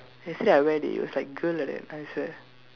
yesterday I wear it was like girl like that I swear